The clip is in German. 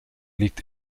liegt